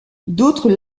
d’autres